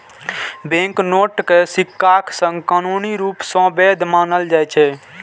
banknote कें सिक्काक संग कानूनी रूप सं वैध मानल जाइ छै